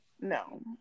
no